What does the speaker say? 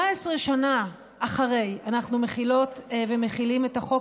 17 שנה אחרי אנחנו מחילות ומחילים את החוק